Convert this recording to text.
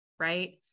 right